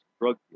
drug